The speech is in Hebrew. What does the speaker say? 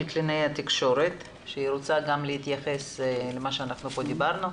קלינאי התקשורת שרוצה להתייחס לדברים שאמרנו.